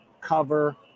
cover